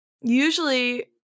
usually